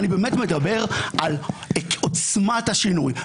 אני באמת מדבר על עוצמת השינוי.